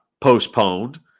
postponed